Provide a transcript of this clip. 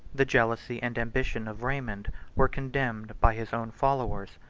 the jealousy and ambition of raymond were condemned by his own followers,